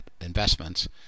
investments